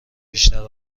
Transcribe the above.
بیشتر